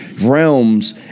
realms